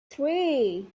three